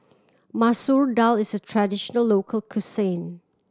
Masoor Dal is a traditional local cuisine